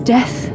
Death